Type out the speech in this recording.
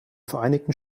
vereinigten